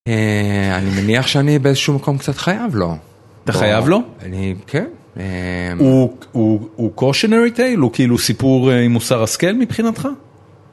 אני מניח שאני באיזה שהוא מקום קצת חייב לו. אתה חייב לו? אני... כן. הוא... הוא... הוא cautionary tale? הוא כאילו סיפור עם מוסר השכל מבחינתך?